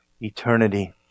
eternity